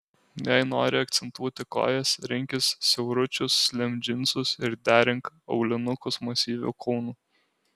jei nori akcentuoti kojas rinkis siauručius slim džinsus ir derink aulinukus masyviu kulnu